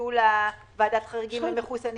וביטול ועדת החריגים על מחוסנים.